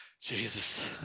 Jesus